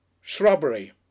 shrubbery